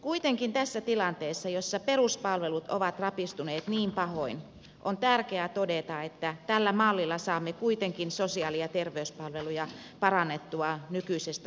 kuitenkin tässä tilanteessa jossa peruspalvelut ovat rapistuneet niin pahoin on tärkeää todeta että tällä mallilla saamme kuitenkin sosiaali ja terveyspalveluja parannettua nykyisestä huomattavasti